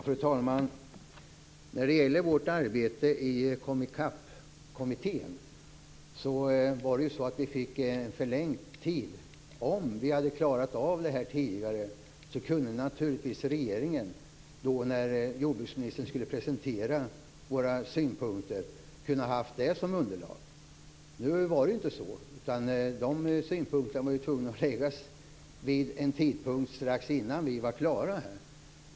Fru talman! Vårt arbete i Komicap förlängdes. Om vi hade klarat av det tidigare hade jordbruksministern naturligtvis kunnat ha vårt arbete som underlag när hon presenterade våra synpunkter. Nu var det inte så. Man var tvungen att lägga fram sina synpunkter strax innan vi var klara.